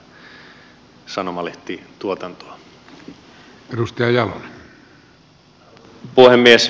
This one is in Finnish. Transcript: arvoisa puhemies